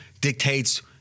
dictates